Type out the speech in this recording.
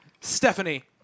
Stephanie